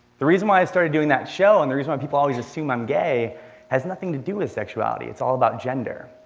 the reason why i started doing that show, and the reason why people always assume i'm gay has nothing to do with sexuality. it's all about gender.